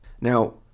Now